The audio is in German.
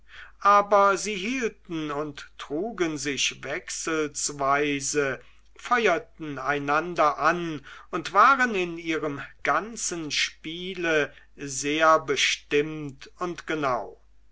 aber sie hielten und trugen sich wechselsweise feuerten einander an und waren in ihrem ganzen spiele sehr bestimmt und genau